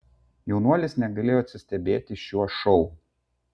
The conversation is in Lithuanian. jaunuolis negalėjo atsistebėti šiuo šou